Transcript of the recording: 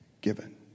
given